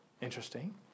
Interesting